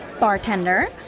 bartender